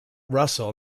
russell